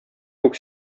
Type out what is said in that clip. күк